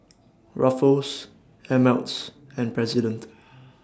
Ruffles Ameltz and President